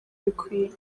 bikwiye